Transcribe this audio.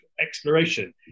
exploration